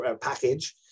package